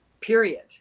period